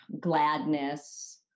gladness